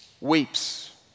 weeps